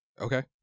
Okay